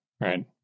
right